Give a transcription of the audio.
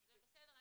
--- זה בסדר.